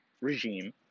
regime